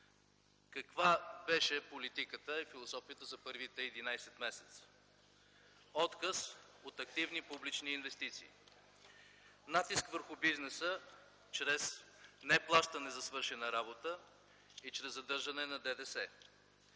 Каква беше политиката и философията за първите единадесет месеца? Отказ от активни публични инвестиции; натиск върху бизнеса чрез неплащане за свършена работа и чрез задържане на ДДС;